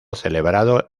celebrado